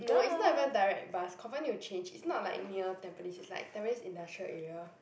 no it's not even direct bus confirm need to change it's not like near Tampines it's like Tampines industrial area